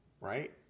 right